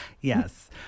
Yes